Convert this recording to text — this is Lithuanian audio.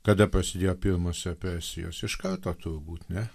kada prasidėjo pirmos opresijos iš karto turbūt ne